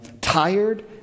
tired